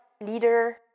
leader